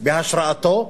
והשראתו,